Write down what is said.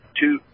two